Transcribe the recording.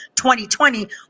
2020